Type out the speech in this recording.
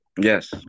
Yes